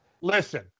Listen